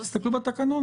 תסכלו בסדר-היום.